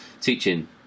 teaching